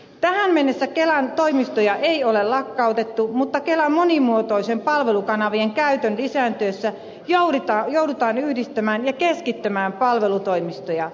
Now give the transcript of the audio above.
tähän mennessä kelan toimistoja ei ole lakkautettu mutta kelan monimuotoisten palvelukanavien käytön lisääntyessä joudutaan yhdistämään ja keskittämään palvelutoimistoja